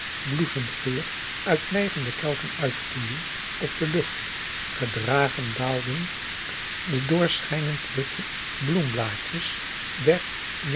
bloesemgeur uit neigende kelken uitvloeien op de lucht gedragen daalden de doorschijnendwitte bloemblaadjes der